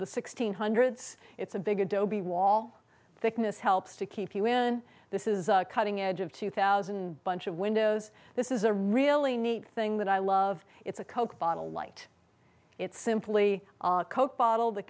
the sixteen hundreds it's a big adobe wall thickness helps to keep you in this is cutting edge of two thousand bunch of windows this is a really neat thing that i love it's a coke bottle light it's simply a coke bottle that